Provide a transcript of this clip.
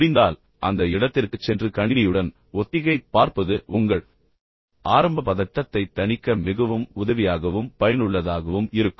முடிந்தால் அந்த இடத்திற்குச் சென்று கணினியுடன் ஒத்திகை பார்ப்பது உங்கள் ஆரம்ப பதட்டத்தைத் தணிக்க மிகவும் உதவியாகவும் பயனுள்ளதாகவும் இருக்கும்